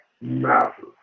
massive